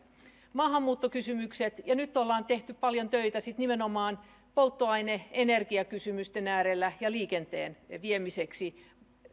maahanmuuttokysymykset ja nyt on tehty paljon töitä nimenomaan polttoaine ja energiakysymysten äärellä ja liikenteen viemiseksi